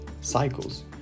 cycles